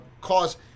cause